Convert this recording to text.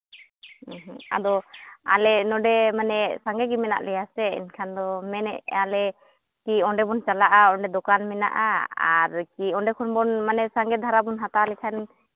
ᱟᱫᱚ ᱟᱞᱮ ᱱᱚᱰᱮ ᱢᱟᱱᱮ ᱥᱟᱸᱜᱮ ᱜᱮ ᱢᱮᱱᱟᱜ ᱞᱮᱭᱟ ᱥᱮ ᱮᱱᱠᱷᱟᱱ ᱫᱚ ᱢᱮᱱᱮᱫᱼᱟ ᱞᱮ ᱠᱤ ᱚᱸᱰᱮ ᱵᱚᱱ ᱪᱟᱞᱟᱜᱼᱟ ᱚᱸᱰᱮ ᱫᱚᱠᱟᱱ ᱢᱮᱱᱟᱜᱼᱟ ᱟᱨ ᱠᱤ ᱚᱸᱰᱮ ᱠᱷᱚᱱ ᱵᱚᱱ ᱢᱟᱱᱮ ᱥᱟᱸᱜᱮ ᱫᱷᱟᱨᱟ ᱵᱚᱱ ᱦᱟᱛᱟᱣ ᱞᱮᱠᱷᱟᱱ